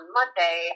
Monday